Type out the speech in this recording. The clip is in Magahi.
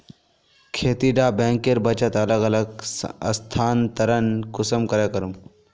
खेती डा बैंकेर बचत अलग अलग स्थानंतरण कुंसम करे करूम?